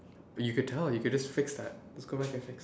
you could tell you could just fix that just go back and fix